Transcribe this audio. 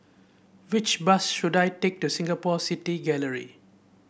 which bus should I take to Singapore City Gallery